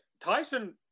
Tyson